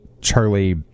Charlie